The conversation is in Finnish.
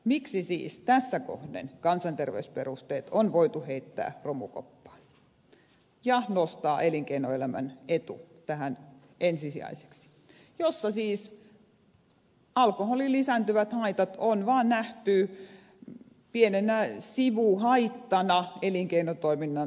miksi siis tässä kohden kansanterveysperusteet on voitu heittää romukoppaan ja nostaa elinkeinoelämän etu ensisijaiseksi mutta alkoholin lisääntyvät haitat on vaan nähty pienenä sivuhaittana elinkeinotoiminnan harjoittamisesta